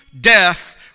death